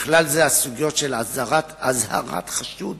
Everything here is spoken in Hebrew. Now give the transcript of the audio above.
ובכלל זה הסוגיות של הזהרת חשוד